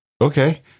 okay